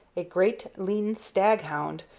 a great, lean stag-hound,